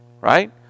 right